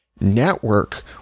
network